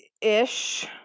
Ish